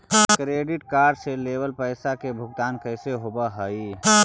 Credit card से लेवल पैसा के भुगतान कैसे होव हइ?